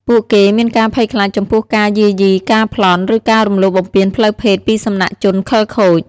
ពួកគេមានការភ័យខ្លាចចំពោះការយាយី ការប្លន់ ឬការរំលោភបំពានផ្លូវភេទពីសំណាក់ជនខិលខូច។